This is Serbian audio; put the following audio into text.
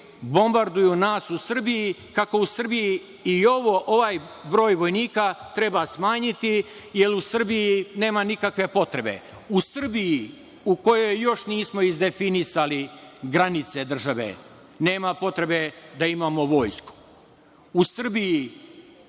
bombarduju nas u Srbiji, kako u Srbiji i ovaj broj vojnika treba smanjiti, jer u Srbiji nema nikakve potrebe, u Srbiji, u kojoj još nismo izdefinisali granice države, nema potrebe da imamo vojsku. U Srbiji,